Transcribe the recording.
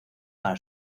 para